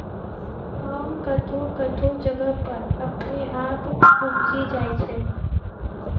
भांग कतौह कतौह जगह पर अपने आप उपजी जाय छै